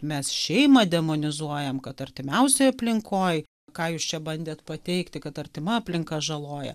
mes šeimą demonizuojam kad artimiausioj aplinkoj ką jūs čia bandėt pateikti kad artima aplinka žaloja